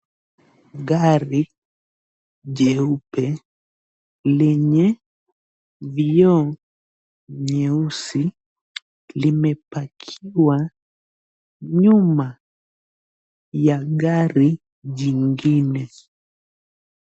Gari jeupe lenye vioo nyeusi limepakiwa nyuma ya gari jingine.